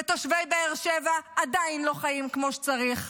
ותושבי באר שבע עדיין לא חיים כמו שצריך,